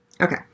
Okay